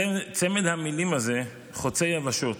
צמד המילים הזה חוצה יבשות,